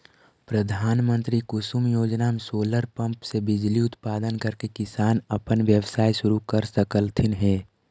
प्रधानमंत्री कुसुम योजना में सोलर पंप से बिजली उत्पादन करके किसान अपन व्यवसाय शुरू कर सकलथीन हे